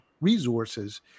resources